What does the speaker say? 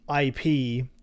ip